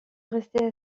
rester